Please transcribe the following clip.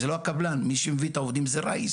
זה לא הקבלן, מי שמביא את העובדים זה ראיס,